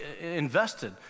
invested